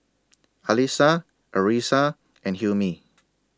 Alyssa Arissa and Hilmi